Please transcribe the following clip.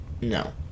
No